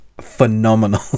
phenomenal